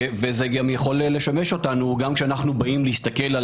זה יכול לשמש אותנו גם כשאנו באים להסתכל על